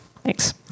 Thanks